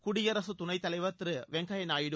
குடியரசு துணைத்தலைவர் திரு வெங்கையா நாயுடு